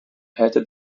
hätte